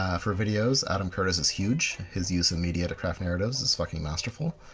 um for videos, adam curtis is huge. his use of media to craft narratives is fucking masterful.